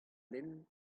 lenn